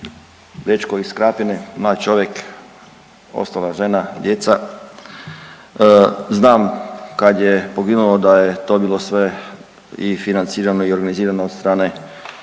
Dečko iz Krapine, mlad čovjek, ostala žena, djeca. Znam kad je poginuo da je to bilo sve i financirano i organizirano od strane